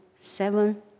seven